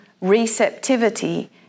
receptivity